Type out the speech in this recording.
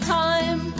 time